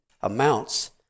amounts